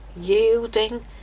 Yielding